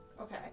Okay